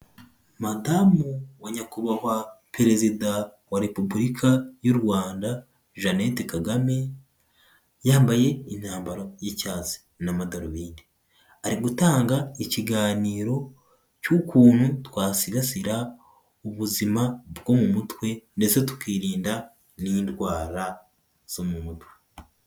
Madamu wa Nyakubahwa Perezida wa Repubulika y'u Rwanda, Jeannette Kagame, yambaye imyambaro y'icyatsi n'amadarubindi, ari gutanga ikiganiro cy'ukuntu twasigasira ubuzima bwo mu mutwe ndetse tukirinda n'indwara zo mu mutwe.